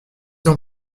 ans